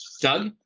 Doug